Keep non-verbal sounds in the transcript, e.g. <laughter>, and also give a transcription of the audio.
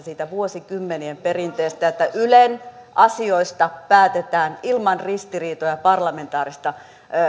<unintelligible> siitä vuosikymmenien perinteestä että ylen asioista päätetään ilman ristiriitoja parlamentaarista